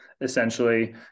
essentially